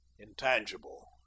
intangible